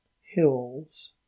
hills